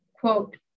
quote